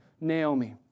Naomi